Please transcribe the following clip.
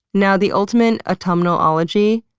now the ultimate autumnal ology,